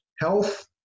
health